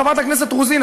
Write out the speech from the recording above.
חברת הכנסת רוזין,